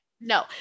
no